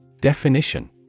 Definition